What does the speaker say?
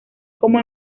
como